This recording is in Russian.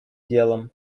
делом